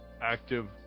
active